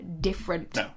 different